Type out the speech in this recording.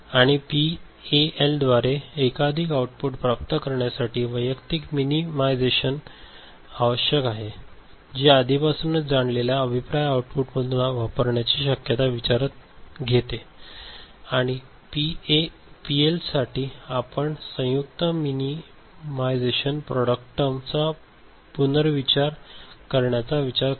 आणि पीएएलद्वारे एकाधिक आऊटपुट प्राप्त करण्यासाठी वैयक्तिक मिनी मायझेशन आवश्यक आहे जे आधीपासूनच जाणलेल्या अभिप्राय आउटपुटमधून वापरण्याची शक्यता विचारात घेते आणि पीएलएसाठी आपण संयुक्त मिनी मायझेशन आणि प्रॉडक्ट टर्म चा पुनर्वापर करण्याचा विचार करतो